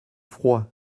froid